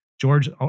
George